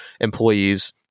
employees